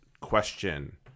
question